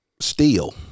Steel